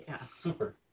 Super